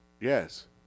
Yes